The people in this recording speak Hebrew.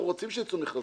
אנחנו רוצים שיצאו מכרזים.